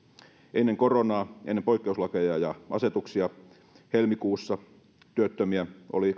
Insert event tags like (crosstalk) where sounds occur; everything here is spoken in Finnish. ennen koronaa ennen poikkeuslakeja ja asetuksia helmikuussa työttömiä oli (unintelligible)